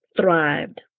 thrived